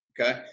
Okay